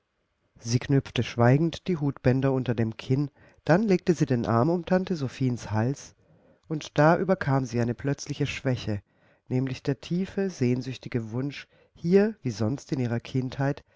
sie knüpfte schweigend die hutbänder unter dem kinn dann legte sie den arm um tante sophiens hals und da überkam sie eine plötzliche schwäche nämlich der tiefe sehnsüchtige wunsch hier wie sonst in ihrer kindheit